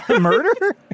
Murder